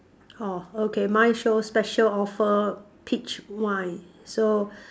orh okay mine shows special offer peach wine so